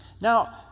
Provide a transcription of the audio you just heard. Now